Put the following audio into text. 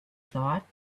thought